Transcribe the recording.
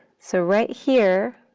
so right here,